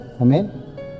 Amen